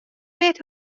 wit